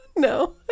No